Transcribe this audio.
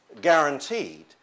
guaranteed